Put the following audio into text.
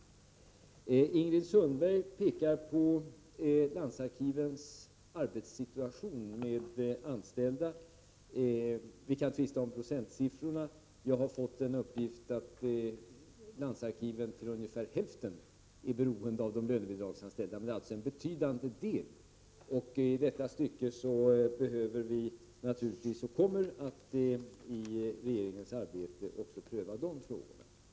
Ingrid Sundberg pekar på landsarkivens arbetssituation med lönebidragsanställda. Vi kan tvista om procentsiffrorna — jag har fått en uppgift om att landsarkiven till ungefär hälften är beroende av de lönebidragsanställda; det är hur som helst en betydande del. I detta stycke behöver vi naturligtvis pröva också de frågorna, vilket kommer att ske under regeringens arbete.